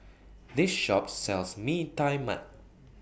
This Shop sells Mee Tai Mak